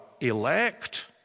elect